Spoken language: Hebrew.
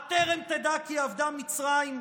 "הטרם תדע כי אבדה מצרים"?